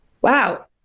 wow